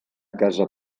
casa